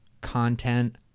content